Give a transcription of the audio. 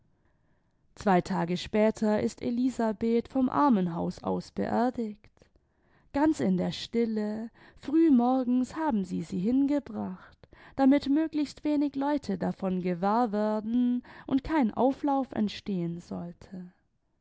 zwei te später ist elisabeth vom armenhaus aus l eerdigt ganz in der stille frühmorgens haben sie sie hingebracht damit möglichst wenig leute davon gewahr werden und kein auflauf entstehen sollte